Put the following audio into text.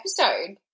episode